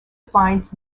finds